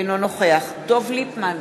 אינו נוכח דב ליפמן,